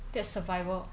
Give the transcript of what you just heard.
their survival